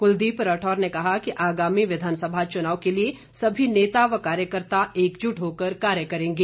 कुलदीप राठौर ने कहा कि आगामी विधानसभा चुनाव के लिए सभी नेता व कार्यकर्ता एकजुट होकर कार्य करेंगे